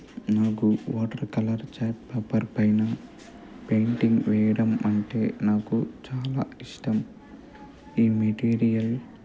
నాకు water colour chart paper పైన painting వేయడం అంటే నాకు చాలా ఇష్టం ఈ మెటీరియల్